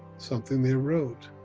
something they wrote